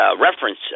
reference